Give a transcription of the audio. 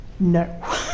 No